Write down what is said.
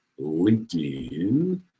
LinkedIn